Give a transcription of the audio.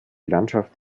landschaft